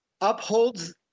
upholds